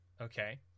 Okay